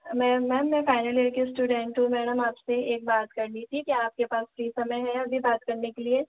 ma'am मैं final year की student हूँ मैडम आपसे एक बात करनी थी क्या आपके पास फ्री समय है अभी बात करने के लिए